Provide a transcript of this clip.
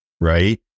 right